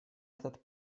этот